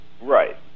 Right